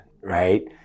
Right